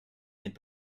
n’est